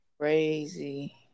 Crazy